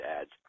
ads